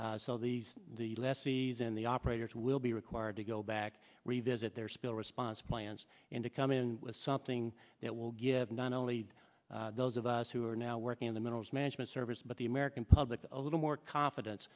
learn so these the last season the operators will be required to go back and revisit their spill response plans and to come in with something that will give not only those of us who are now working in the minerals management service but the american public a little more confidence